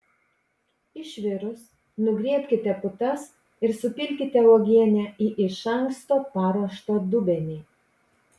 išvirus nugriebkite putas ir supilkite uogienę į iš anksto paruoštą dubenį